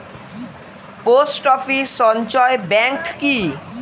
Post office সঞ্চয় bank কি?